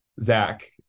Zach